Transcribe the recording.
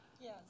Yes